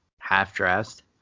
half-dressed